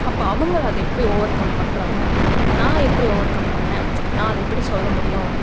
அப்போ அவங்க அதை எப்படி ஓவர் கம் பண்ணுறாங்க நான் எப்படி ஓவர் கம் பண்ணேன் நான் அதை எப்படி சொல்ல முடியும்